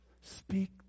Speak